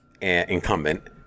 incumbent